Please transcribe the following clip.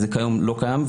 וזה לא קיים היום,